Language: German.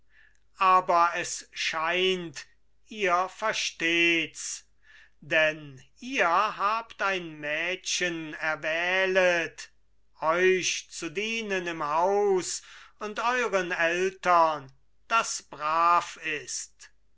aber es scheint ihr versteht's denn ihr habt ein mädchen erwählet euch zu dienen im haus und euren eltern das brav ist